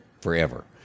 forever